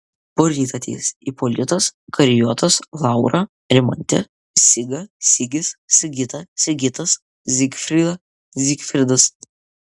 poryt ateis ipolitas karijotas laura rimantė siga sigis sigita sigitas zigfrida zygfridas